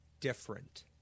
different